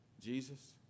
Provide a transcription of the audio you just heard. Jesus